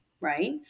right